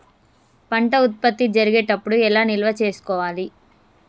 పంట ఉత్పత్తి జరిగేటప్పుడు ఎలా నిల్వ చేసుకోవాలి?